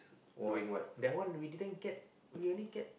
uh that one we didn't get we only get